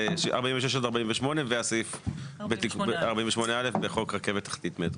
לכן נצביע על סעיפים 46-48 ועל סעיף 48(א) בחוק רכבת תחתית (מטרו).